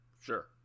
sure